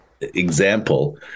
example